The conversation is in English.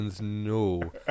no